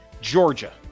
Georgia